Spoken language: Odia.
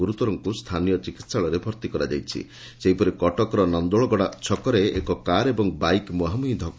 ଗୁରୁତରଙ୍କୁ ସ୍ଥାନୀୟ ଚିକିହାଳୟରେ ଭର୍ଉ କରାଯାଇଛି ସେହିପରି କଟକର ନାଦୋଳଗଡ଼ା ଛକରେ ଏକ କାର ଓ ବାଇକ୍ ମୁହାଁମୁହିଁ ଧକ୍